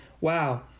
wow